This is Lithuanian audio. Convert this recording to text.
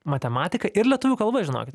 matematika ir lietuvių kalba žinokit